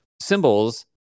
symbols